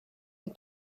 had